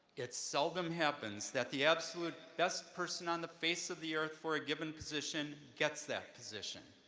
it seldom happens that the absolute best person on the face of the earth for a given position gets that position.